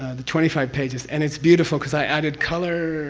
the twenty five pages, and it's beautiful because i added color.